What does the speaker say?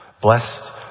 blessed